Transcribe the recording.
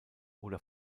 oder